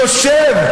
יושב,